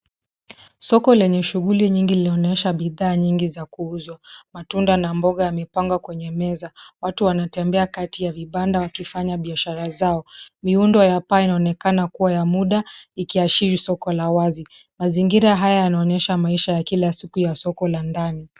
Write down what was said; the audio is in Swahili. Soko lenye shughuli nyingi linaonyesha bidhaa nyingi za kuuzwa. Matunda na mboga yamepangwa kwenye meza. Watu wanatembea kati ya vibanda wakifanya biashara zao. Miundo ya vpaa inaonekana kuwa ya mda ikiashiri soko la wazi. Mazingira haya yanaonyesha maisha ya kila siku ya soko la ndani.